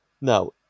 Now